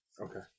Okay